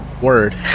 Word